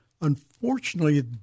Unfortunately